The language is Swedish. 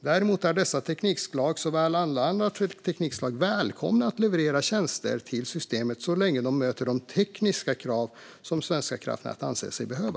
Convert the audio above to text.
Däremot är dessa teknikslag, som alla andra teknikslag, välkomna att leverera tjänster till systemet så länge de möter de tekniska krav som Svenska kraftnät anser sig behöva.